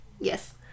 Yes